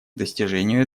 достижению